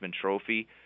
Trophy